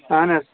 اَہن حظ